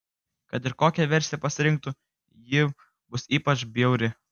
kad ir kokią versiją pasirinktų ji bus ypač bjauri